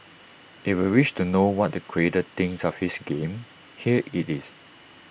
if you wish to know what the creator thinks of his game here IT is